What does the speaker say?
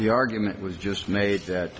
the argument was just made that